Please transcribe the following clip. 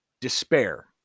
Despair